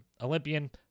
Olympian